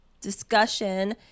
discussion